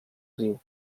riu